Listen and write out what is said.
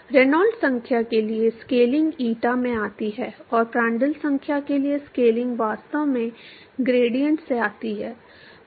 Reynolds संख्या के लिए स्केलिंग ईटा से आती है और प्रांटल संख्या के लिए स्केलिंग वास्तव में ग्रेडिएंट से आती है